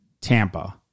Tampa